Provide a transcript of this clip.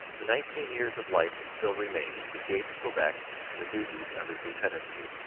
the nineteen years of life that still remained he gave to quebec and the duties of his lieutenancy.